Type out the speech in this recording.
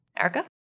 Erica